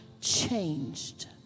changed